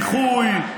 איחוי,